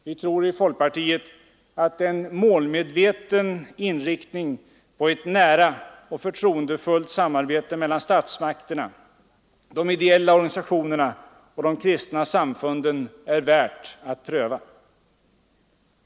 Vi tror i folkpartiet att en målmedveten inriktning på ett nära och förtroendefullt samarbete mellan statsmakterna, de ideella organisationerna och de kristna samfunden är värt att pröva.